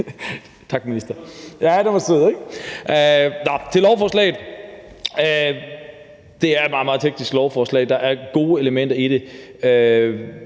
Tak, minister. Ja, den var sød, ikke? Til lovforslaget: Det er et meget, meget teknisk lovforslag. Der er gode elementer i det.